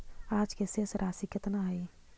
आज के शेष राशि केतना हई?